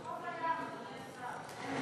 אבל זה חוף הים, אדוני השר, זה חוף הים.